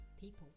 people